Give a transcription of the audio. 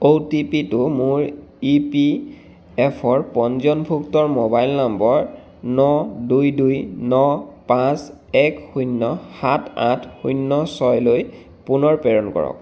অ'টিপিটো মোৰ ইপিএফঅ'ৰ পঞ্জীয়নভুক্ত মোবাইল নম্বৰ ন দুই দুই ন পাঁচ এক শূন্য সাত আঠ শূন্য ছয়লৈ পুনৰ প্ৰেৰণ কৰক